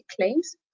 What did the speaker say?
claims